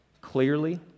clearly